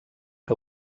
que